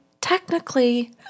technically